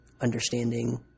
understanding